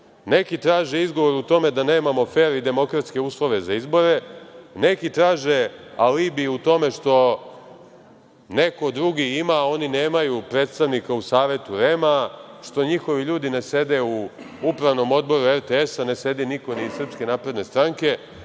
neki traže izgovor u tome da nemamo fer i demokratske uslove za izbore, neki traži alibi u tome što neki drugi ima, oni nemaju predstavnika u Savetu REM-a, što njihovi ljudi ne sede u UO RTS-a, ne sedi niko ni iz SNS, ali to